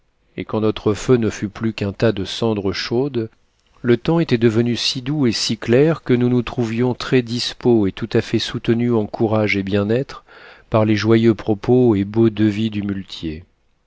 et quand notre feu ne fut plus qu'un tas de cendres chaudes le temps était devenu si doux et si clair que nous nous trouvions très dispos et tout à fait soutenus en courage et bien-être par les joyeux propos et beaux devis du muletier